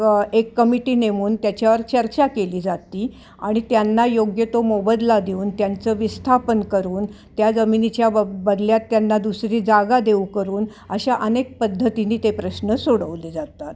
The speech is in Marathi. क एक कमिटी नेमून त्याच्यावर चर्चा केली जाते आणि त्यांना योग्य तो मोबदला देऊन त्यांचं विस्थापन करून त्या जमिनीच्या ब बदल्यात त्यांना दुसरी जागा देऊ करून अशा अनेक पद्धतीने ते प्रश्न सोडवले जाते